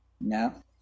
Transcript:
No